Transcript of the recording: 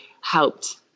helped